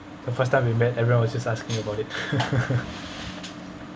the first time we met everyone was just asking about it